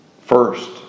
first